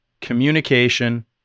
communication